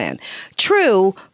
True